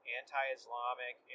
anti-islamic